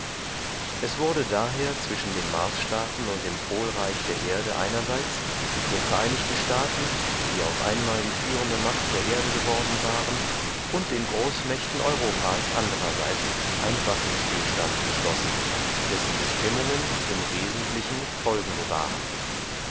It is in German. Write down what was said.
es wurde daher zwischen den marsstaaten und dem polreich der erde einerseits den vereinigten staaten die auf einmal die führende macht der erde geworden waren und den großmächten europas andererseits ein waffenstillstand geschlossen dessen bestimmungen im wesentlichen folgende waren